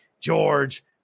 George